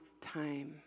time